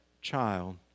child